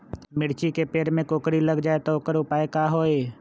मिर्ची के पेड़ में कोकरी लग जाये त वोकर उपाय का होई?